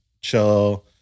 chill